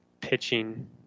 pitching